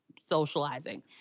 socializing